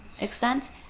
extent